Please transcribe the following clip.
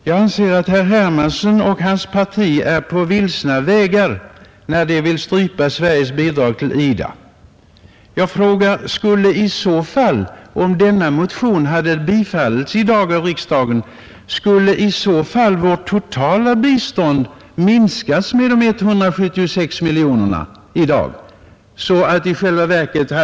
Jag anser att herr Hermansson och hans parti är på vilsna vägar när de vill strypa Sveriges bidrag till IDA. Jag frågar: Om denna motion skulle bifallas av riksdagen i dag, skulle i så fall vårt totala bistånd minskas med de 176 miljonerna?